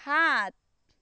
সাত